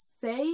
say